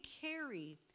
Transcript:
carry